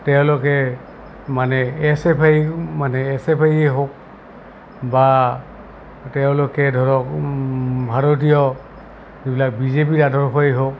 তেওঁলোকে মানে S F I মানে এছ এফ আই হওক বা তেওঁলোকে ধৰক ভাৰতীয় যিবিলাক বিজেপি আদৰ্শই হওক